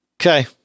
Okay